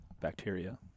Bacteria